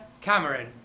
Cameron